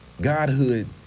Godhood